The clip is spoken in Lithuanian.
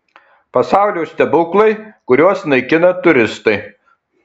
pasaulio stebuklai kuriuos naikina turistai